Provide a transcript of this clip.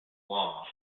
laws